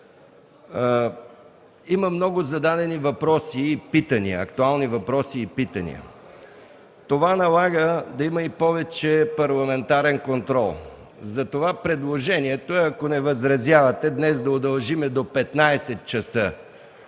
има много зададени актуални въпроси и питания. Това налага да има и повече парламентарен контрол. Затова предложението е, ако не възразявате, днес да удължим до 15,00